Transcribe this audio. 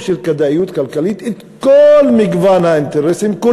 של כדאיות כלכלית את כל מגוון האינטרסים,